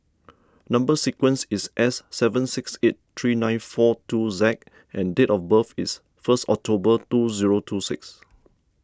Number Sequence is S seven six eight three nine four two Z and date of birth is first October two zero two six